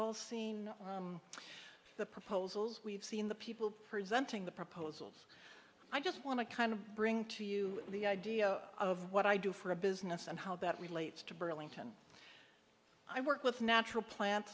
all seen the proposals we've seen the people presenting the proposals i just want to kind of bring to you the idea of what i do for a business and how that relates to burlington i work with natural plant